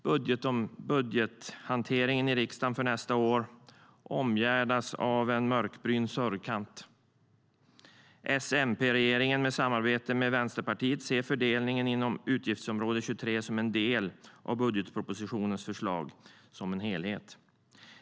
Budgethanteringen i riksdagen för nästa år omgärdas av en mörkbrun sorgkant. S-MP-regeringen i samarbete med Vänsterpartiet ser fördelningen inom utgiftsområde 23 som en del av budgetpropositionens förslag som helhet.